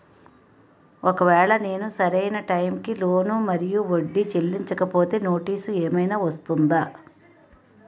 ఒకవేళ నేను సరి అయినా టైం కి లోన్ మరియు వడ్డీ చెల్లించకపోతే నోటీసు ఏమైనా వస్తుందా?